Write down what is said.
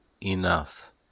enough